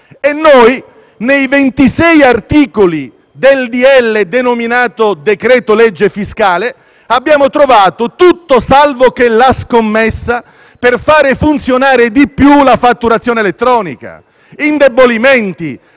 Noi, nei 26 articoli del decreto-legge denominato decreto-legge fiscale, abbiamo trovato tutto salvo che la scommessa per far funzionare di più la fatturazione elettronica. Abbiamo